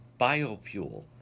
biofuel